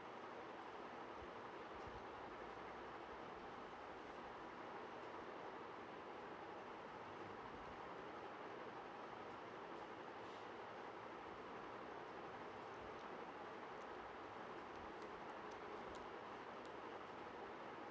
mm